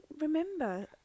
remember